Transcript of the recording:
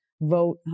vote